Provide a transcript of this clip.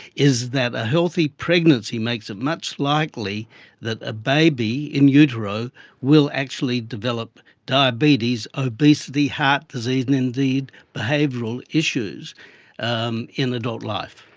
is that a healthy pregnancy makes it much likely that a baby in utero will actually develop diabetes, obesity, heart disease, and indeed behavioural issues um in adult life.